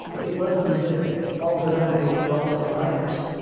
it wasn't as if all their relatives were also writers.